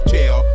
Tell